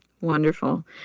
Wonderful